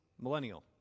millennial